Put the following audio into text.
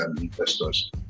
investors